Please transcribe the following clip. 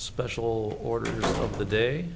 special order of the day